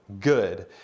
good